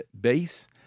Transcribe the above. base